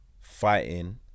fighting